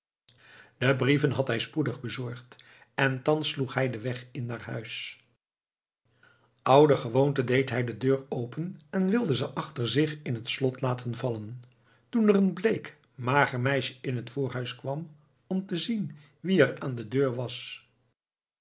de brieven had hij spoedig bezorgd en thans sloeg hij den weg in naar huis ouder gewoonte deed hij de deur open en wilde ze achter zich in het slot laten vallen toen er een bleek mager meisje in het voorhuis kwam om te zien wie er aan de deur was